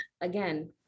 again